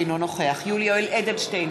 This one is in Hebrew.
אינו נוכח יולי יואל אדלשטיין,